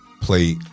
play